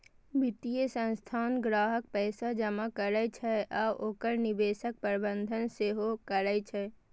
वित्तीय संस्थान ग्राहकक पैसा जमा करै छै आ ओकर निवेशक प्रबंधन सेहो करै छै